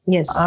Yes